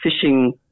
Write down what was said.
fishing